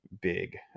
big